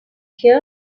here